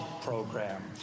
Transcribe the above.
program